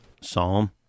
Psalm